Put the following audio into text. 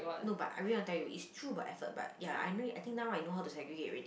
no but I really want to tell you it's true about effort but ya I know I think I know how to segregate already